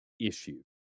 issue